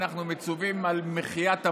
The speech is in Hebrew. מצווים על מחיית עמלק?